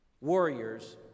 warriors